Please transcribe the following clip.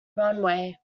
runway